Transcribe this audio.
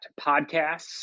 podcasts